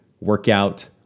workout